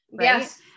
Yes